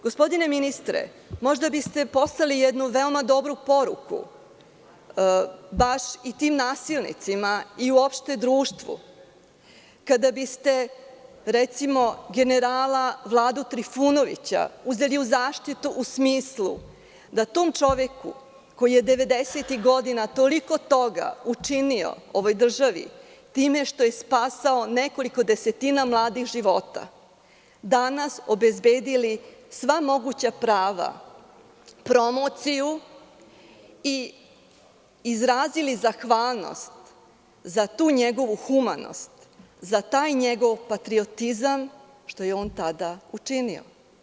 Gospodine ministre možda biste poslali jednu veoma dobru poruku baš i tim nasilnicima i uopšte društvu, kada biste recimo generala Vladu Trifunovića uzeli u zaštitu u smislu da tom čoveku koji je devedesetih godina toliko toga učinio ovoj državi time što je spasao nekoliko desetina mladih života, danas obezbedili sva moguća prava, promociju i izrazili zahvalnost za tu njegovu humanost, za taj njegov patriotizam, što je on tada učinio.